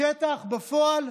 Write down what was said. בשטח, בפועל,